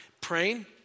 Praying